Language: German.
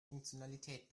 funktionalität